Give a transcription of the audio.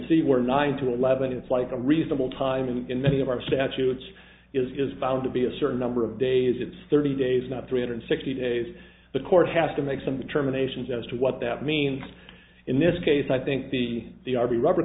see we're nine to eleven it's like a reasonable time and in many of our statutes is bound to be a certain number of days it's thirty days not three hundred sixty days the court has to make some determinations as to what that means in this case i think the they are the rubber